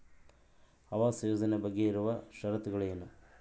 ಆವಾಸ್ ಯೋಜನೆ ಬಗ್ಗೆ ಇರುವ ಶರತ್ತುಗಳು ಏನು?